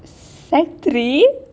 sec three